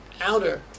outer